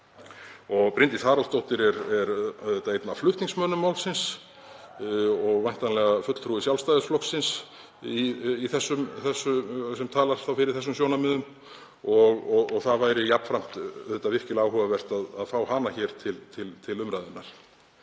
Bryndís Haraldsdóttir er auðvitað einn af flutningsmönnum málsins og væntanlega fulltrúi Sjálfstæðisflokksins sem talar fyrir þessum sjónarmiðum og það væri jafnframt virkilega áhugavert að fá hana hér til til umræðunnar.